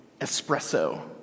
espresso